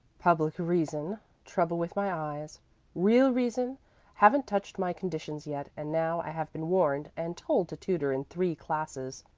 public reason trouble with my eyes real reason haven't touched my conditions yet and now i have been warned and told to tutor in three classes.